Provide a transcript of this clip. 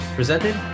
presented